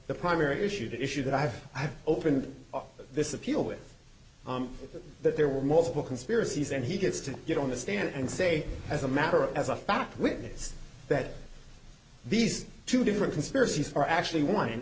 the primary issue the issue that i have i have opened this appeal with them that there were multiple conspiracies and he gets to get on the stand and say as a matter of as a fact witness that these two different conspiracies are actually on